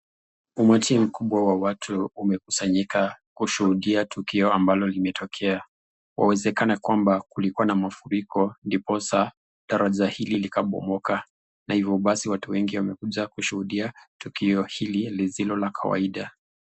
Umati mkubwa wa watu umekusanyika kushuhudia tukio ambalo limetokea. Inawezekana kwamba kulikuwa na mafuriko ndiposa daraja hili likabomoka. Na hivyo basi watu wengi wamekuja kushuhudia tukio hili lisilo la kawaida.